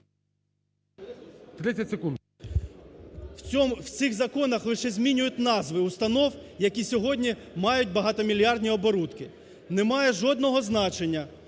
В цих законах лише змінюють назви установ, які сьогодні мають багатомільярдні оборудки. Немає жодного значення,